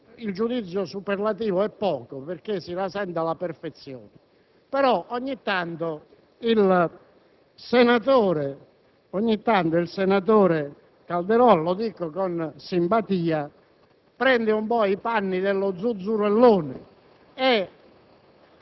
il giudizio superlativo è poco, perché si rasenta la perfezione; ogni tanto, però, il senatore Calderoli (lo dico con simpatia) prende i panni dello zuzzurellone e